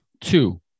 Two